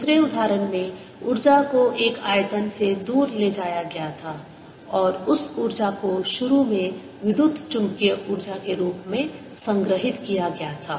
दूसरे उदाहरण में ऊर्जा को एक आयतन से दूर ले जाया गया था और उस ऊर्जा को शुरू में विद्युत चुम्बकीय ऊर्जा के रूप में संग्रहीत किया गया था